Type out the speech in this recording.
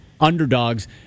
underdogs